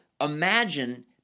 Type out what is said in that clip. imagine